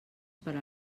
per